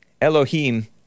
Elohim